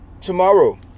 tomorrow